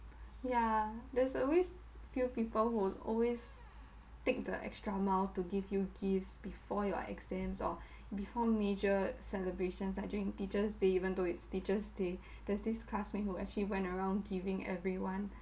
ya there's always few people who always take the extra mile to give you gifts before your exams or before major celebrations like during teacher's day even though its teacher's day there's this classmate who actually went around giving everyone